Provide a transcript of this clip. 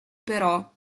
però